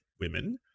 women